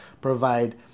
provide